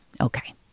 Okay